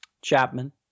Chapman